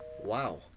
Wow